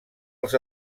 els